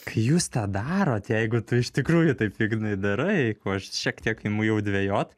kai jūs tą darot jeigu tu iš tikrųjų taip ignai darai kuo aš šiek tiek imu jau dvejot